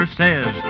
says